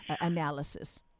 analysis